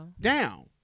down